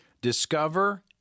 Discover